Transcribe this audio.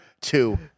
two